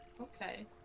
Okay